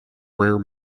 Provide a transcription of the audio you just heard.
rare